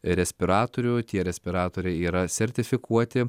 respiratorių tie respiratoriai yra sertifikuoti